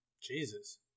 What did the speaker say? Jesus